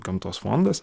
gamtos fondas